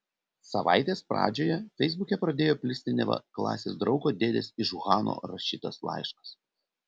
savaitės pradžioje feisbuke pradėjo plisti neva klasės draugo dėdės iš uhano rašytas laiškas